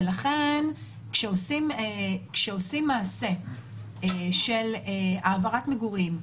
ולכן כשעושים מעשה של העברת מגורים.